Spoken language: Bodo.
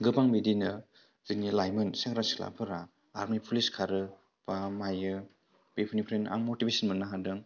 गोबां बिदिनो जोंनि लाइमोन सेंग्रा सिख्लाफ्रा आरमि पुलिस खारो मायो बेफोरनिफ्रायनो आं मटिभेसन मोननो हादों